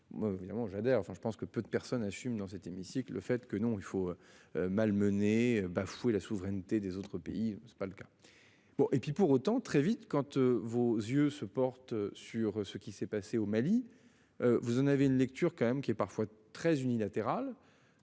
moi évidemment j'adhère enfin je pense que peu de personnes assument dans cet hémicycle le fait que non il faut. Malmené bafouer la souveraineté des autres pays c'est pas le cas. Bon et puis pour autant très vite quand tu vos yeux se porte sur ce qui s'est passé au Mali. Vous en avez une lecture quand même qui est parfois très unilatérale.